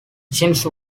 shimizu